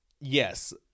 yes